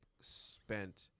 spent